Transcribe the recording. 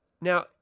Now